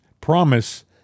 promise